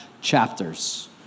chapters